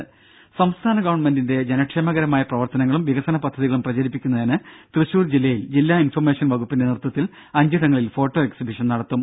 ദേദ സംസ്ഥാന ഗവൺമെന്റിന്റെ ജനക്ഷേമകരമായ പ്രവർത്തനങ്ങളും വികസന പദ്ധതികളും പ്രചരിപ്പിക്കുന്നതിന് തൃശൂർ ജില്ലയിൽ ജില്ലാ ഇൻഫർമേഷൻ വകുപ്പിന്റെ നേതൃത്വത്തിൽ അഞ്ചിടങ്ങളിൽ ഫോട്ടോ എക്സിബിഷൻ നടത്തും